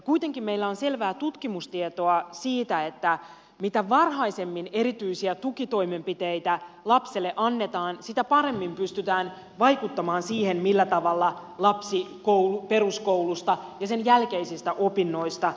kuitenkin meillä on selvää tutkimustietoa siitä että mitä varhaisemmin erityisiä tukitoimenpiteitä lapselle annetaan sitä paremmin pystytään vaikuttamaan siihen millä tavalla lapsi peruskoulusta ja sen jälkeisistä opinnoista selviytyy